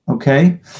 Okay